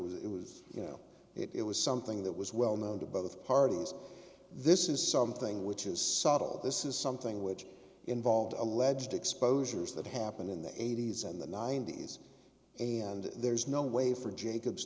was it was you know it was something that was well known to both parties this is something which is sort of this is something which involved alleged exposures that happened in the eighty's and the ninety's and there's no way for jacob